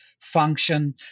function